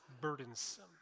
burdensome